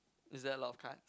is there a lot of cards